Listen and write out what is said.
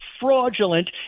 fraudulent